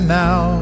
now